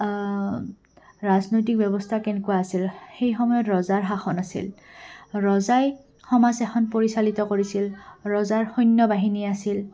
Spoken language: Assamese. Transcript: ৰাজনৈতিক ব্যৱস্থা কেনেকুৱা আছিল সেই সময়ত ৰজাৰ শাসন আছিল ৰজাই সমাজ এখন পৰিচালিত কৰিছিল ৰজাৰ সৈন্য বাহিনী আছিল